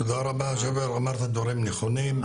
תודה רבה, אמרת דברים נכונים.